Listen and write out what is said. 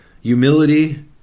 humility